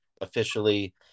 officially